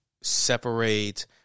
separate